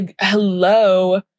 hello